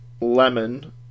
lemon